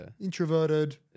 introverted